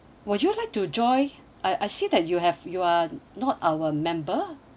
would you like to join I I see that you have you are not our member